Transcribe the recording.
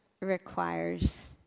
requires